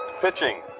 pitching